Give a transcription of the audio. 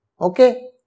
okay